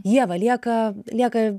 ieva lieka lieka